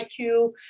IQ